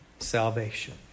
Salvation